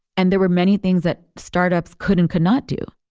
and there were many things that startups could and could not do.